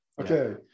Okay